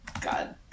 God